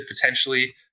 potentially